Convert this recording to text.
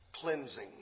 cleansing